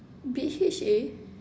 B_H_A